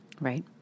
Right